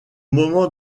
moment